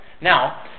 Now